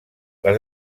les